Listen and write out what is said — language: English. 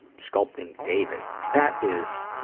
sculpting david. that is,